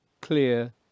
clear